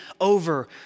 over